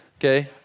okay